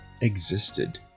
existed